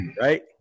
Right